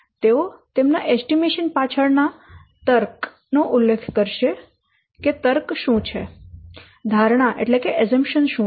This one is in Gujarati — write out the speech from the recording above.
તેઓ તેમના એસ્ટીમેશન પાછળ ના તર્ક નો ઉલ્લેખ કરશે કે તર્ક શું છે ધારણા શું છે